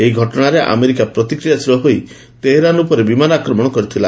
ଏହି ଘଟଣାରେ ଆମେରିକା ପ୍ରତିକ୍ରିୟାଶୀଳ ହୋଇ ତେହେରାନ ଉପରେ ବିମାନ ଆକ୍ରମଣ କରିଥିଲା